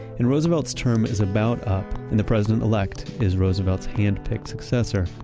and roosevelt's term is about up. and the president-elect is roosevelt's handpicked successor,